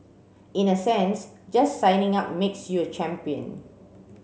in a sense just signing up makes you a champion